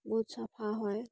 বহুত চাফা হয়